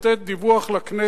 לתת דיווח לכנסת,